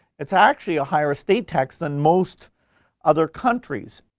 it's actually a higher estate tax than most other countries.